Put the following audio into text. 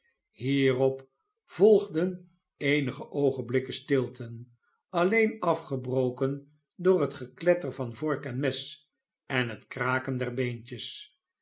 hierop volgden eenige oogenblikken stilte alleen afgebroken door het gekletter van vork en mes en het kraken der beentjes